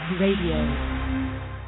Radio